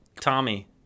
Tommy